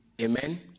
Amen